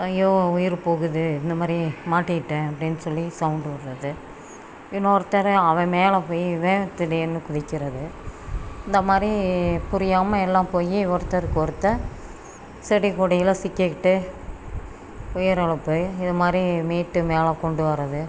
ஐயோ உயிர் போகுது இந்த மாதிரி மாட்டிக்கிட்டேன் அப்படின்னு சொல்லி சவுண்டு விட்றது இன்னொருத்தர் அவன் மேலே போய் இவன் திடீரெனு குதிக்கிறது இந்த மாதிரி புரியாமல் எல்லாம் போய் ஒருத்தருக்கு ஒருத்தன் செடி கொடியில் சிக்கிக்கிட்டு உயிரிழப்பு இது மாதிரி மீட்டு மேலே கொண்டு வர்றது